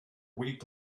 week